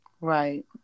Right